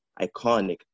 iconic